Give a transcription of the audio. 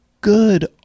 Good